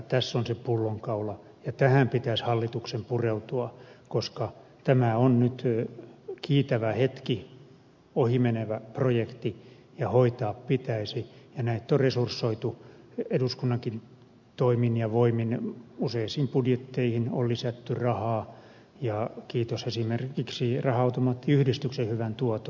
tässä on se pullonkaula ja tähän pitäisi hallituksen pureutua koska tämä on nyt kiitävä hetki ohi menevä projekti joka hoitaa pitäisi ja näitä on resursoitu eduskunnankin toimin ja voimin kun useisiin budjetteihin on lisätty rahaa kiitos esimerkiksi raha automaattiyhdistyksen hyvän tuoton